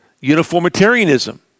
uniformitarianism